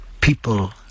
people